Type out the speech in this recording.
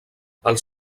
els